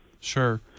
Sure